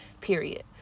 period